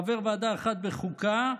חבר ועדה אחד בחוקה,